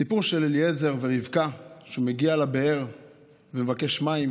בסיפור אליעזר ורבקה הוא מגיע לבאר ומבקש מים